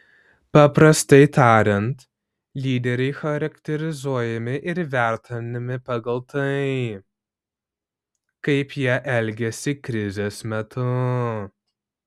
paprastai tariant lyderiai charakterizuojami ir vertinami pagal tai kaip jie elgiasi krizės metu